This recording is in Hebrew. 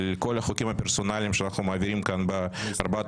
על כל החוקים הפרסונליים שאנחנו מעבירים כאן בארבעת